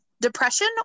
Depression